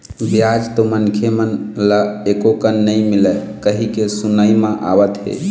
बियाज तो मनखे मन ल एको कन नइ मिलय कहिके सुनई म आवत हे